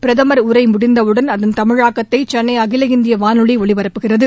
பிரதமர் முடிந்தவுடன் அதன் தமிழாக்கத்தை சென்னை அகில இந்திய வானொலி உரை ஒலிபரப்புகிறது